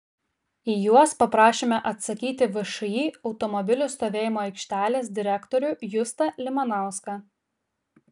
į juos paprašėme atsakyti všį automobilių stovėjimo aikštelės direktorių justą limanauską